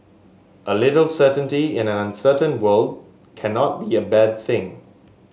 a little certainty in an uncertain world cannot be a bad thing